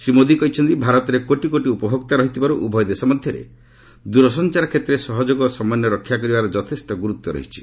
ଶ୍ରୀ ମୋଦି କହିଛନ୍ତି ଭାରତରେ କୋଟି କୋଟି ଉପଭୋକ୍ତା ରହିଥିବାରୁ ଉଭୟ ଦେଶ ମଧ୍ୟରେ ଦୂରସଞ୍ଚାର କ୍ଷେତ୍ରରେ ସହଯୋଗ ଓ ସମନ୍ୱୟ ରକ୍ଷା କରିବାର ଯଥେଷ୍ଟ ଗୁରୁତ୍ୱ ରହିଛି